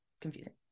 confusing